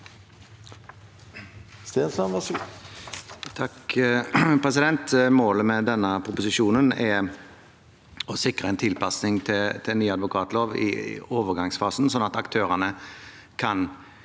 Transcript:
sa- ken): Målet med denne proposisjonen er å sikre en tilpasning til ny advokatlov i overgangsfasen, sånn at aktørene kan